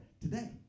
today